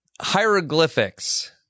Hieroglyphics